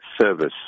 service